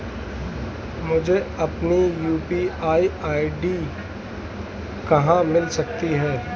मुझे अपनी UPI ID कहां मिल सकती है?